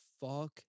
fuck